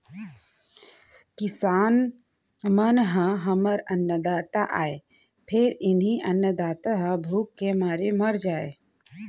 किसान मन ह हमर अन्नदाता आय फेर इहीं अन्नदाता ह भूख के मारे मर जावय